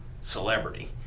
Celebrity